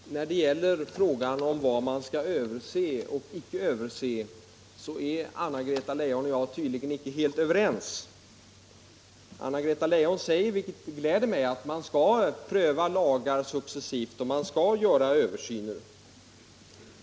Herr talman! När det gäller frågan om vad man skall överse och icke överse är Anna-Greta Leijon och jag tydligen icke helt överens. Anna Greta Leijon säger — vilket gläder mig — att man skall pröva lagarna successivt och göra översyner.